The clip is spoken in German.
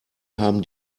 haben